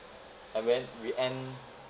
and then we end